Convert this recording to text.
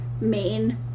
main